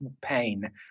pain